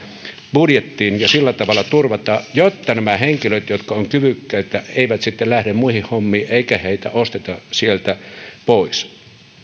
budjettiin ja sillä tavalla turvata jotta nämä henkilöt jotka ovat kyvykkäitä eivät sitten lähde muihin hommiin eikä heitä osteta sieltä pois